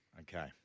Okay